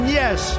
yes